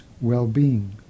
well-being